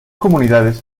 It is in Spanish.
comunidades